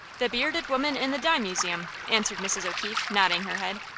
the bearded woman in the dime museum, answered mrs. o'keefe, nodding her head.